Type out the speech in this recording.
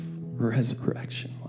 Resurrection